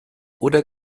oder